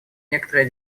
некоторые